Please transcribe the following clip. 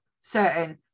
certain